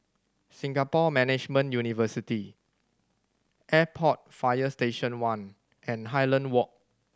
Singapore Management University Airport Fire Station One and Highland Walk